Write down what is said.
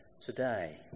today